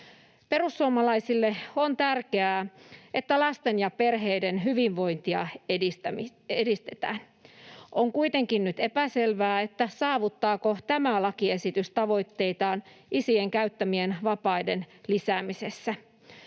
Perussuomalaisille on tärkeää, että lasten ja perheiden hyvinvointia edistetään. On kuitenkin nyt epäselvää, saavuttaako tämä lakiesitys tavoitteitaan isien käyttämien vapaiden lisäämisessä.